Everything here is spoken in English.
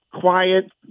quiet